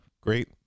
great